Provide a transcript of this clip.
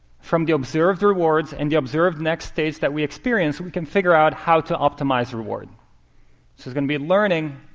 from the observed rewards and the observed next states that we experience, we can figure out how to optimize reward. so this is going to be learning,